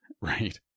right